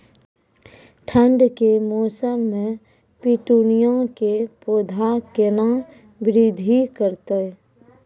ठंड के मौसम मे पिटूनिया के पौधा केना बृद्धि करतै?